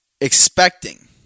expecting